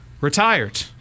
retired